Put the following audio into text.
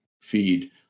feed